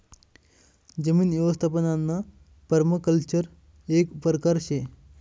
जमीन यवस्थापनना पर्माकल्चर एक परकार शे